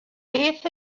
beth